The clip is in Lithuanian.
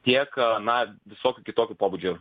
tiek na visokio kitokio pobūdžio